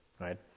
right